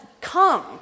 come